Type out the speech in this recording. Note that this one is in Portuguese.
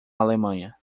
alemanha